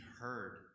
heard